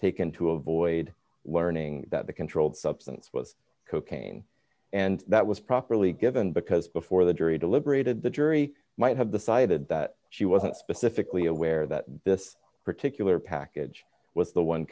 taken to avoid learning that the controlled substance was cocaine and that was properly given because before the jury deliberated the jury might have decided that she wasn't specifically aware that this particular package was the one